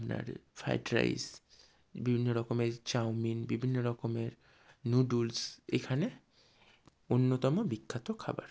আপনার fried rice বিভিন্ন রকমের চাউমিন বিভিন্ন রকমের নুডুলস এখানে অন্যতম বিখ্যাত খাবার